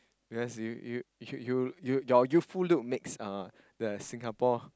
because you you you you you your youthful look makes uh the Singapore